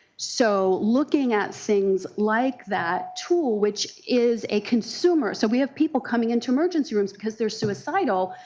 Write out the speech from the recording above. so looking at things like that tool which is a consumer so we have people coming into emergency rooms because they are suicidal.